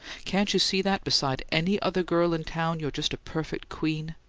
can't you see that beside any other girl in town you're just a perfect queen?